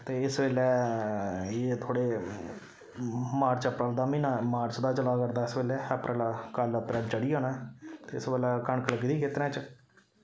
ते इस बेल्लै इ'यै थोह्ड़े मार्च अप्रैल दा म्हीना मार्च दा चला करदा इसलै बेल्लै अप्रैल कल अप्रैल चढ़ी जाना ऐ इस बेल्लै कनक लग्गी दी खेत्तरा च